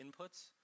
inputs